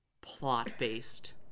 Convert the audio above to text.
plot-based